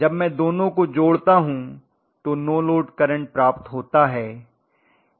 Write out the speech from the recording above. जब मैं दोनों को जोड़ता हूं तो नो लोड करंट प्राप्त होता है